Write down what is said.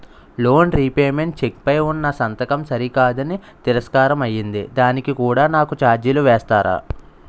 Loan repayment cheque పై ఉన్నా సంతకం సరికాదు అని తిరస్కారం అయ్యింది దానికి కూడా నాకు ఛార్జీలు వేస్తారా?